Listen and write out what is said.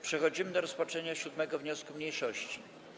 Przechodzimy do rozpatrzenia 7. wniosku mniejszości.